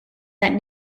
that